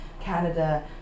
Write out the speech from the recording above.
canada